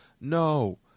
No